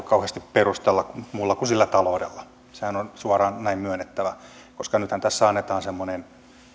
kauheasti perustella muulla kuin sillä taloudella sehän on suoraan näin myönnettävä koska nythän tässä annetaan semmoinen